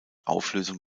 auflösung